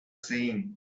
saying